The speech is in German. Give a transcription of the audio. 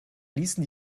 ließen